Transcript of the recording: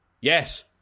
Yes